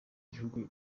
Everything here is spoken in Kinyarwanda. gihugu